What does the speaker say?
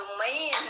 main